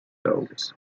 holes